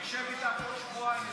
הוא ישב איתך, אם עוד שבועיים יסכימו,